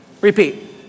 repeat